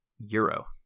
euro